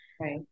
Right